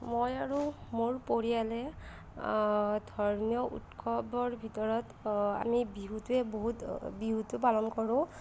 মই আৰু মোৰ পৰিয়ালে ধৰ্মীয় উৎসৱৰ ভিতৰত আমি বিহুটোৱে বহুত বিহুতো পালন কৰোঁ